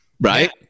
Right